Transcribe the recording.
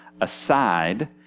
aside